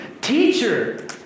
teacher